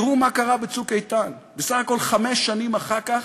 תראו מה קרה ב"צוק איתן" בסך הכול חמש שנים אחר כך,